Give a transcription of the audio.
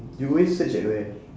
you always search at where